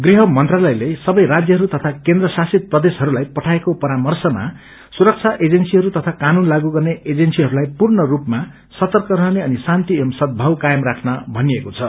गृह मंत्रालयले सबै राज्यहरू तथा केन्द्रशासित प्रदोहरूलाई पठाएको परार्मशमा सुरबा एजेन्सीहरू तथा क्यनून लागू गर्ने एजेन्सीहस्ताई पूर्णरूपामा सर्तक रहने अनि श्राान्ति एवं सद्धभाव कायम राख्न भनिएको छ